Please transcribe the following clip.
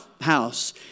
house